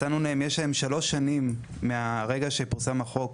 יש להם שלוש שנים מהרגע שפורסם החוק,